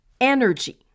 energy